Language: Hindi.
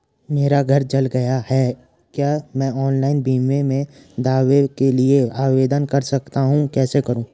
मेरा घर जल गया है क्या मैं ऑनलाइन बीमे के दावे के लिए आवेदन कर सकता हूँ कैसे करूँ?